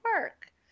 work